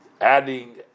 adding